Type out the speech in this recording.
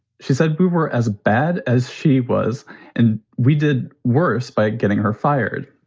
she said we were as bad as she was and we did worse by getting her fired.